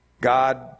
God